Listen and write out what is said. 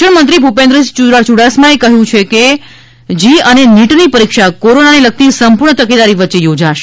શિક્ષણ મંત્રી ભૂપેન્દ્રસિંહ યુડાસમા એકહ્યું છે કે જી અને નીટ ની પરીક્ષા કોરોનાને લગતી સંપૂર્ણ તકેદારી વચ્ચે યોજાશે